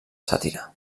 sàtira